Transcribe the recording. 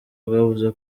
bwavuze